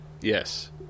Yes